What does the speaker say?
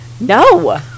no